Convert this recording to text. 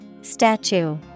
Statue